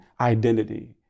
identity